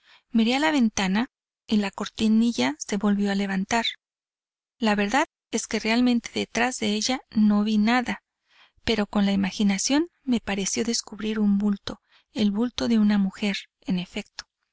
miré a la ventana y la cortinilla se volvió a levantar la verdad es que realmente detrás de ella no vi nada pero con la imaginación me pareció descubrir un bulto el bulto de una mujer en efecto